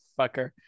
fucker